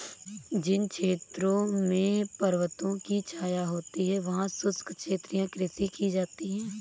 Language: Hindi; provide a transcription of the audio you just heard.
जिन क्षेत्रों में पर्वतों की छाया होती है वहां शुष्क क्षेत्रीय कृषि की जाती है